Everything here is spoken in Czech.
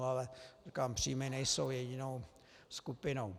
Ale říkám, příjmy nejsou jedinou skupinou.